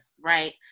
right